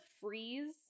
freeze